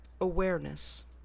awareness